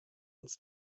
uns